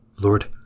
Lord